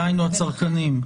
דהיינו הצרכנים.